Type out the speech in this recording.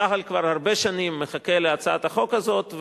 צה"ל כבר הרבה שנים מחכה להצעת החוק הזאת,